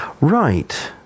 Right